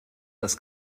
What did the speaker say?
das